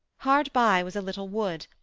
hard by was a little wood,